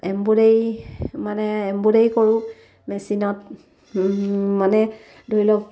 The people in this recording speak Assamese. এমব্ৰডাৰী মানে এম্ব্ৰডাৰী কৰোঁ মেচিনত মানে ধৰি লওক